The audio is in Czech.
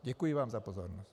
Děkuji vám za pozornost.